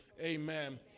Amen